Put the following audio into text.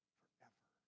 forever